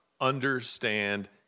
understand